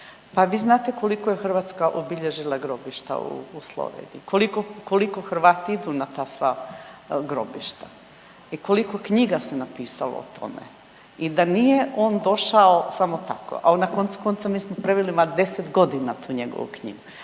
Pa vi znate koliko je Hrvatska obilježila grobišta u Sloveniji? Koliko Hrvati idu na ta sva grobišta i koliko knjiga se napisalo o tome i da nije on došao samo tako. Ali, na koncu konca, mi smo preveli, ima 10 godina tu njegovu knjigu,